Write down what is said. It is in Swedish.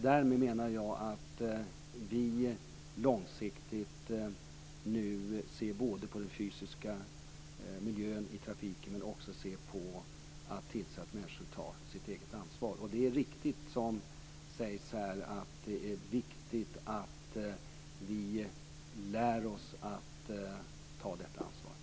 Därmed menar jag att vi långsiktigt ser över både den fysiska miljön i trafiken och att människor tar ett eget ansvar. Det är viktigt att vi lär oss att ta detta ansvar.